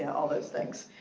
yeah all those things.